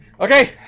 Okay